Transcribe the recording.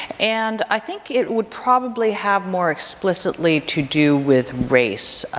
and i think it would probably have more explicitly to do with race,